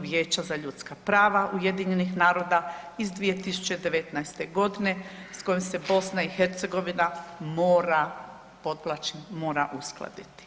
Vijeća za ljudska prava UN-a iz 2019. godine s kojom se BiH mora podvlačim mora uskladiti.